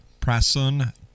Prasun